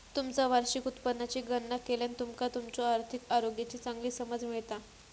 तुमचा वार्षिक उत्पन्नाची गणना केल्यान तुमका तुमच्यो आर्थिक आरोग्याची चांगली समज मिळता